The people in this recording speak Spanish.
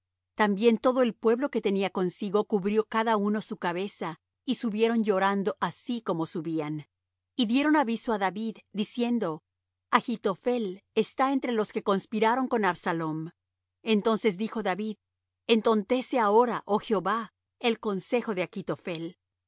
también todo el pueblo que tenía consigo cubrió cada uno su cabeza y subieron llorando así como subían y dieron aviso á david diciendo achitophel está entre los que conspiraron con absalom entonces dijo david entontece ahora oh jehová el consejo de achitophel y